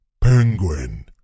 penguin